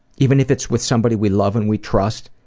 even if it's with somebody we love and we trust,